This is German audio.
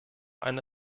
eine